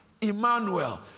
Emmanuel